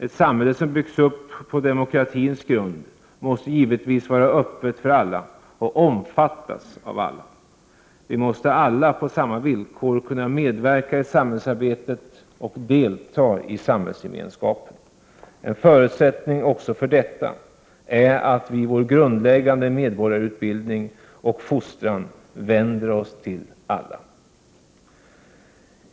Ett samhälle som byggts upp på demokratins grund måste givetvis vara öppet för alla och omfattas av alla. Vi måste alla på samma villkor kunna medverka i samhällsarbetet och delta i samhällsgemenskapen. En förutsättning för detta är att vi i vår grundläggande medborgarutbildning och fostran vänder oss till alla.